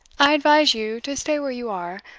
i advise you to stay where you are,